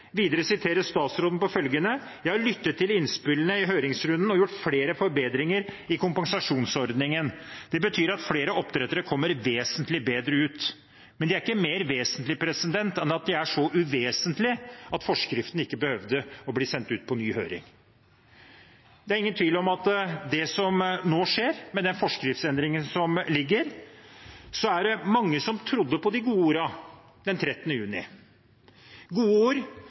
Videre siteres statsråden på følgende: «Jeg har lyttet til innspillene i høringsrunden og gjort flere forbedringer i kompensasjonsordningen. Det betyr at flere oppdrettere kommer vesentlig bedre ut.» Men det er ikke mer vesentlig enn at det er så uvesentlig at forskriften ikke behøvde å bli sendt ut på ny høring. Når det gjelder den forskriftsendringen som nå ligger, så er det er ingen tvil om at det var mange som trodde på de gode ordene den 13. juni – gode